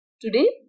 Today